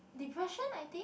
depression I think